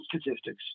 Statistics